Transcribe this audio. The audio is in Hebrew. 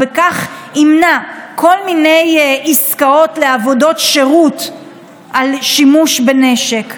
ובכך ימנע כל מיני עסקאות לעבודות שירות על שימוש בנשק.